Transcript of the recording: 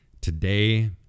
Today